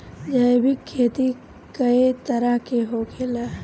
जैविक खेती कए तरह के होखेला?